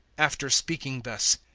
after speaking thus,